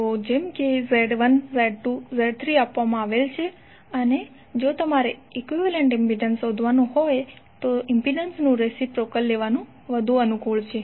તો જેમ કે Z1 Z2 Z3 આપવામાં આવેલ છે અને જો તમારે ઈક્વિવેલેન્ટ ઇમ્પિડન્સ શોધવાનું હોય તો ઇમ્પિડન્સનું રેસિપ્રોકલ લેવાનું વધુ સારું છે